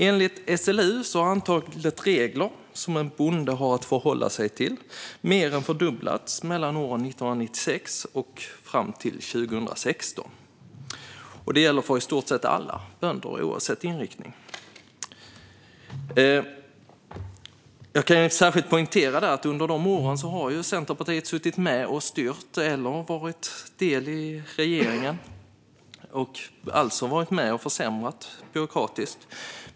Enligt SLU har antalet regler som en bonde har att förhålla sig till mer än fördubblats mellan åren 1996 och 2016. Det gäller för i stort sett alla bönder, oavsett inriktning. Jag kan särskilt poängtera att under de åren har Centerpartiet varit med och styrt eller varit del av regeringen. De har alltså varit med och försämrat, byråkratiskt.